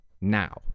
now